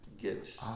get